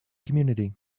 community